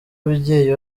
ababyeyi